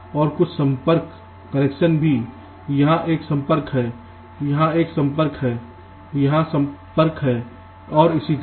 और कुछ संपर्क कनेक्शन भी हैं यहाँ एक संपर्क है यहाँ एक संपर्क है यहाँ संपर्क है और इसी तरह